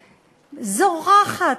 זורחת,